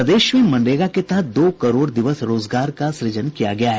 प्रदेश में मनरेगा के तहत दो करोड़ दिवस रोजगार का सुजन किया गया है